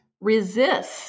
resist